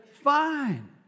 Fine